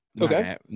Okay